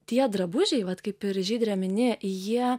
tie drabužiai vat kaip ir žydre mini jie